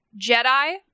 Jedi